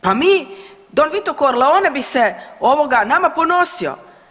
Pa mi, Don Vito Corleone bi se ovoga nama ponosio.